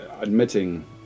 admitting